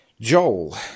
Joel